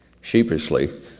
Sheepishly